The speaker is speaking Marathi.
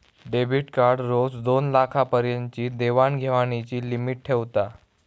डेबीट कार्ड रोज दोनलाखा पर्यंतची देवाण घेवाणीची लिमिट ठेवता